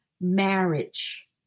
marriage